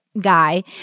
guy